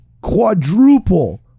quadruple